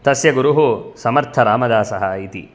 तस्य गुरुः समर्थरामदासः इति